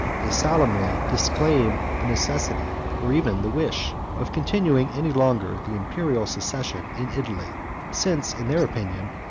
they solemnly disclaim the necessity, or even the wish, of continuing any longer the imperial succession in italy since, in their opinion,